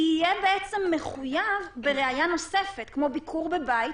יהיה מחויב בראיה נוספת כמו ביקור בבית,